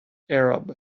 arab